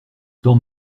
dans